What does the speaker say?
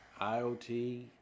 IoT